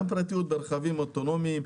גם פרטיות ברכבים אוטונומיים,